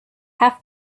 have